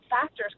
factors